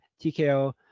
TKO